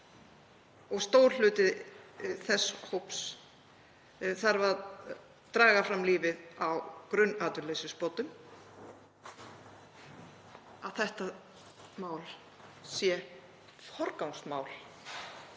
og stór hluti þess hóps þarf að draga fram lífið á grunnatvinnuleysisbótum, að þetta mál sé forgangsmál